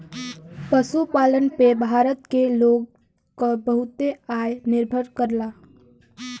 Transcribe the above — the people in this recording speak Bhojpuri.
पशुपालन पे भारत के लोग क बहुते आय निर्भर करला